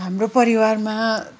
हाम्रो परिवारमा